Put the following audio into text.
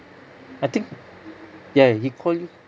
I think ya he called you